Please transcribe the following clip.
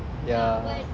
yeah